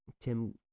tim